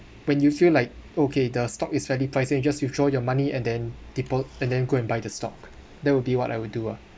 when you feel like okay the stock is already priced in just you throw your money and then depo~ and then go and buy the stock that would be what I would do ah